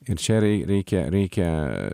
ir čia rei reikia reikia